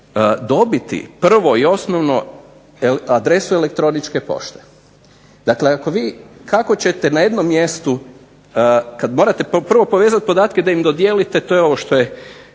dobiti prvo i osnovno adresu elektroničke pošte. Dakle, kako ćete na jednom mjestu kada morate prvo povezati podatke da im dodijelite, to je ovo što je